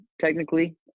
technically